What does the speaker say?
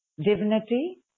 divinity